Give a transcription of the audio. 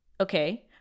okay